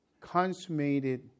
consummated